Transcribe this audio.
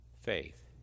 faith